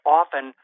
often